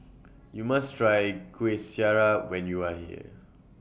YOU must Try Kuih Syara when YOU Are here